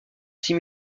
six